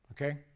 Okay